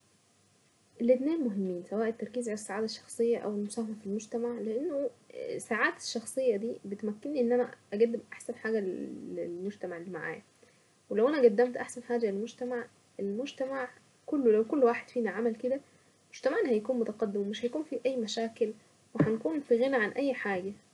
الاتنين مهمين سواء التركيز على الشخصية او المفاهمة في المجتمع لانه اه ساعات الشخصية دي بتمكني ان انا اقدم احسن حاجة للمجتمع اللي معاه ولو انا قدمت احسن حاجة للمجتمع، المجتمع كله لو كل واحد فينا عمل كده مجتمعنا هيكون متقدم ومش هيكون فيه اي مشاكل وهنكون في اي حاجة.